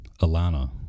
Alana